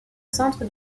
centre